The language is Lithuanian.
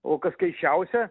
o kas keisčiausia